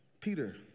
Peter